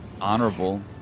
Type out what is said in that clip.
honorable